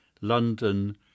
London